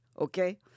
okay